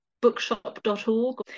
bookshop.org